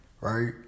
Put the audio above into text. right